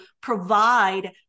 provide